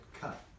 cut